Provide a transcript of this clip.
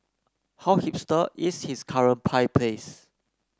how hipster is his current pie place